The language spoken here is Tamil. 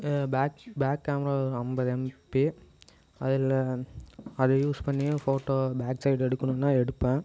பேக் பேக் கேமரா ஐம்பது எம்பி அதில் அது யூஸ் பண்ணி ஃபோட்டோ பேக்சைடு எடுக்கணும்னா எடுப்பேன்